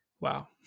Wow